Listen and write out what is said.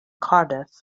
cardiff